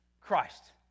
Christ